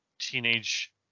teenage